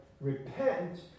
repent